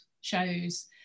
shows